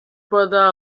brother